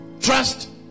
trust